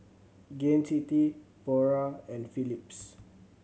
Gain City Pura and Philips